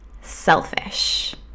selfish